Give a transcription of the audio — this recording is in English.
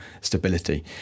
stability